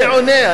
אני עונה.